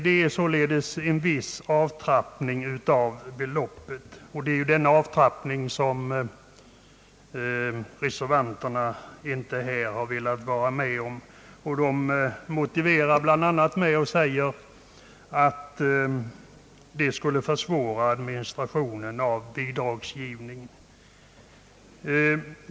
Det är således en viss avtrappning av beloppet, och det är denna avtrappning som reservanterna inte har velat vara med om. De motiverar detta bl.a. med att det skulle försvåra administrationen av bidragsgivningen.